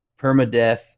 permadeath